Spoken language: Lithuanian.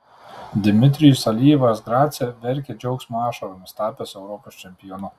dmitrijus alijevas grace verkė džiaugsmo ašaromis tapęs europos čempionu